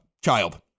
child